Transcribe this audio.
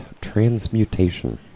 transmutation